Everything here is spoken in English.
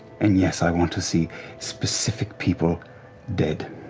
and yes, i want to see specific people dead.